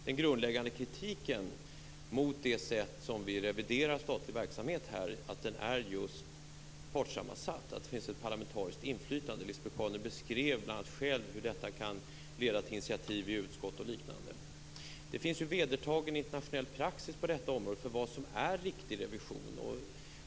Den grundläggande kritiken mot det sätt på vilket vi reviderar statlig verksamhet är just att revisionen är partssammansatt, att det finns ett parlamentariskt inflytande. Lisbet Calner beskrev själv hur detta kan leda till initiativ i utskott och liknande. Det finns vedertagen internationell praxis på detta område för vad som är riktig revision.